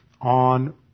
on